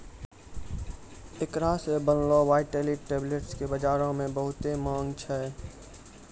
एकरा से बनलो वायटाइलिटी टैबलेट्स के बजारो मे बहुते माँग छै